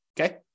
Okay